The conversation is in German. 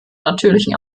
natürlichen